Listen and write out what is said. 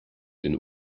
den